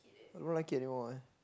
I don't like it anymore eh